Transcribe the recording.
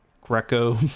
greco